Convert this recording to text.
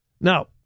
Now